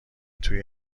توی